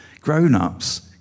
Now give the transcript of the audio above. Grown-ups